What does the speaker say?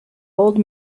old